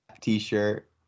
t-shirt